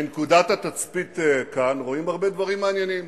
מנקודת התצפית כאן רואים הרבה דברים מעניינים.